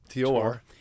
Tor